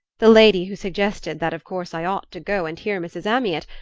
the lady who suggested that of course i ought to go and hear mrs. amyot,